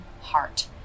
heart